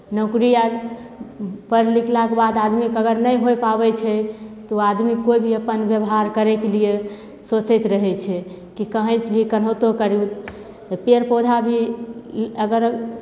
नोकरीआर पढ़ि लिखलाके बाद आदमी अगर नहि होइ पाबै छै ओ आदमी कोइ भी अप्पन बेवहार करैके लिए सोचैत रहै छै कि कहैँसे भी कोनाहितो करी तऽ पेड़ पौधा भी अगर